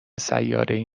سیارهای